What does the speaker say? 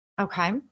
Okay